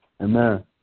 Amen